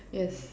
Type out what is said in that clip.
yes